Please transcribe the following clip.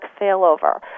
failover